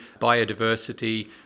biodiversity